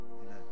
Amen